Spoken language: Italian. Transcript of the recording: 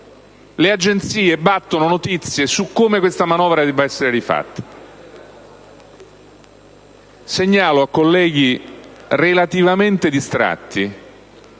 le agenzie battono notizie su come questa manovra debba essere rifatta. Segnalo a colleghi relativamente distratti